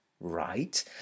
right